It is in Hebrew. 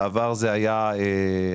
התשפ"ג-2023.